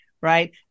right